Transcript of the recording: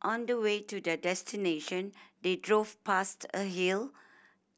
on the way to their destination they drove past a hill